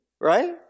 Right